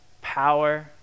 power